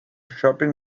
shopping